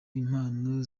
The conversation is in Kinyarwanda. impano